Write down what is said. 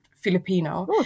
Filipino